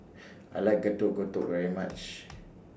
I like Getuk Getuk very much